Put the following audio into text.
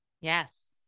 Yes